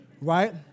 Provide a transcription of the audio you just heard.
right